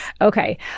Okay